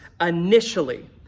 initially